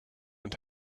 and